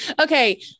Okay